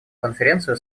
конференцию